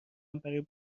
برا